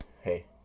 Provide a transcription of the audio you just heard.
hey